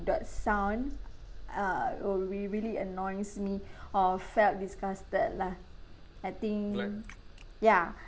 that sound uh oh will really annoys me or felt disgusted lah I think ya